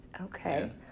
Okay